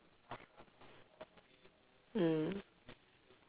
mm